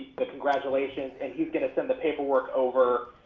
the congratulations and he's gonna send the paperwork over.